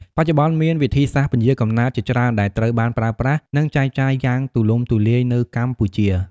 បច្ចុប្បន្ន មានវិធីសាស្ត្រពន្យារកំណើតជាច្រើនដែលត្រូវបានប្រើប្រាស់ និងចែកចាយយ៉ាងទូលំទូលាយនៅកម្ពុជា។